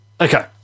Okay